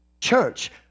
church